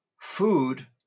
food